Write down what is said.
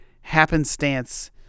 happenstance